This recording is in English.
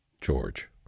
George